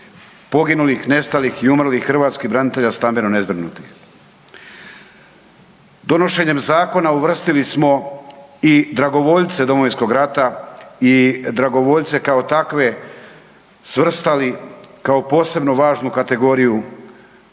poginulih, nestalih i umrlih hrvatskih branitelja stambeno nezbrinutih. Donošenjem zakona uvrstili smo i dragovoljce Domovinskog rata i dragovoljce kao takve svrstali kao posebno važnu kategoriju